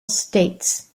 states